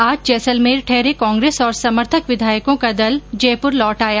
आज जैसलमेर ठहरे कांग्रेस और समर्थक विधायकों का दल जयपुर लौट आया